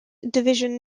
division